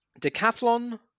Decathlon